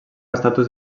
estatus